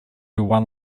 one